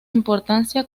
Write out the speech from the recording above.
importancia